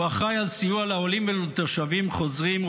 אחראי לסיוע לעולים ולתושבים חוזרים,